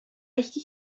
eski